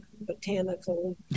botanical